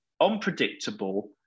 unpredictable